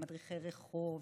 למדריכי רחוב,